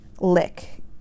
lick